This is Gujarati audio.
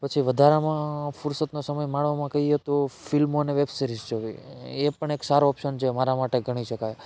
પછી વધારામાં ફુરસતનો સમય માણવામાં કહીએ તો ફિલ્મો અને વેબ સીરિઝ જોવી એ પણ એક સારો ઓપ્શન છે મારા માટે ગણી શકાય